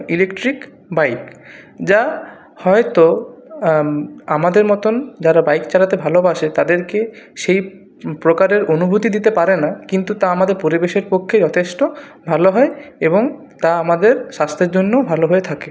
electric bike যা হয়তো আমাদের মতন যারা বাইক চালাতে ভালোবাসে তাদেরকে সেই প্রকারের অনুভূতি দিতে পারে না কিন্তু তা আমাদের পরিবেশের পক্ষে যথেষ্ট ভালো হয় এবং তা আমাদের স্বাস্থ্যের জন্য ভালো হয়ে থাক